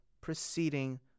proceeding